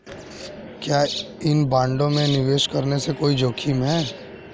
क्या इन बॉन्डों में निवेश करने में कोई जोखिम है?